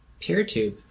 PeerTube